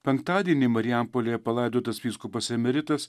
penktadienį marijampolėje palaidotas vyskupas emeritas